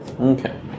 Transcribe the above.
Okay